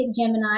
Gemini